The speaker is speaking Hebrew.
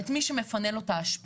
את מי שמפנה לו את האשפה,